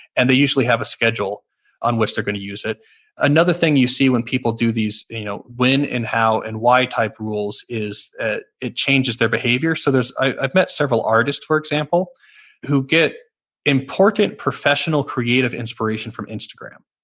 and they usually have a schedule on which they're going to use it another thing you see when people do these you know when and how and why type rules is that it changes their behavior. so i've met several artists for example who get an important, professional, creative inspiration from instagram.